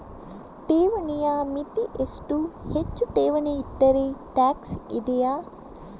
ಠೇವಣಿಯ ಮಿತಿ ಎಷ್ಟು, ಹೆಚ್ಚು ಠೇವಣಿ ಇಟ್ಟರೆ ಟ್ಯಾಕ್ಸ್ ಇದೆಯಾ?